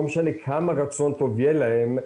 לא משנה כמה רצון טוב יהיה להם,